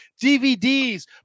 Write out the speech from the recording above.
dvds